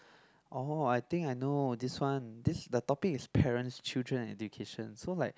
oh I think I know this one this the topic is parents children education so like